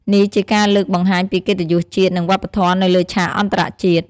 នេះជាការលើកបង្ហាញពីកិត្តយសជាតិ និងវប្បធម៌នៅលើឆាកអន្តរជាតិ។